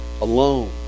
alone